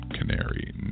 Canary